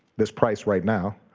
this price right now.